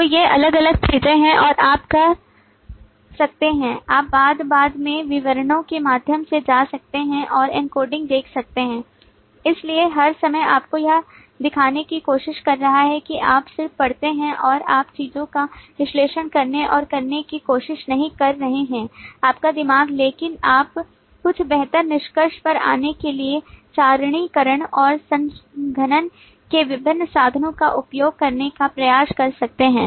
तो ये अलग अलग चीजें हैं और आप कर सकते हैं आप बस बाद में विवरणों के माध्यम से जा सकते हैं और एन्कोडिंग देख सकते हैं इसलिए हर समय आपको यह दिखाने की कोशिश कर रहा है कि आप सिर्फ पढ़ते हैं और आप चीजों का विश्लेषण करने और करने की कोशिश नहीं कर रहे हैं आपका दिमाग लेकिन आप कुछ बेहतर निष्कर्ष पर आने के लिए सारणीकरण और संघनन के विभिन्न साधनों का उपयोग करने का प्रयास कर सकते हैं